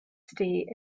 stay